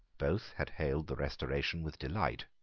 both had hailed the restoration with delight.